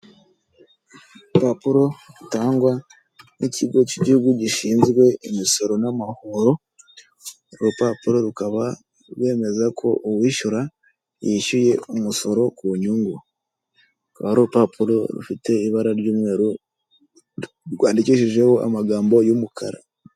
Urupapuro rutangwa n'ikigo k'igihugu gishinzwe imisora n'amahoro, uru rupapuro rukaba rwemeza ko uwishyure imisoro yishyuye imisoro ku nyungu, rukabari urupapuro rufite ibara ry'umeru rwandikishijeho amagambo y'umukara.